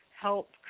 help